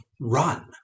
run